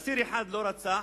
אסיר אחד לא רצח,